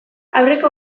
aurreko